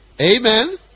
amen